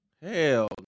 Hell